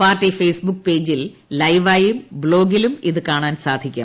party Facebook പേജിൽ ലൈവായും ബ്ലോഗിലും ഇത് കാണാൻ സാധിക്കും